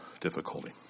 difficulty